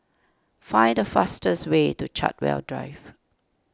find the fastest way to Chartwell Drive